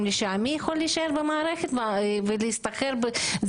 לשעה מי יכול להישאר במערכת ולהשתכר ככה?